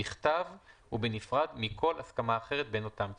בכתב ובנפרד מכל הסכמה אחרת בין אותם צדדים.